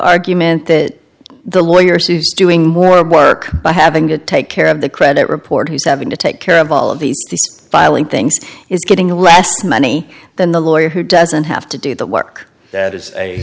argument that the lawyer sees doing more work by having to take care of the credit report he's having to take care of all of these filing things is getting less money than the lawyer who doesn't have to do the work